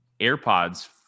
AirPods